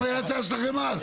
זה גם היה ההצעה שלכם אז.